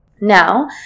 Now